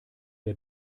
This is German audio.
der